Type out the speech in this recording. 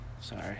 Sorry